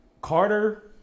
Carter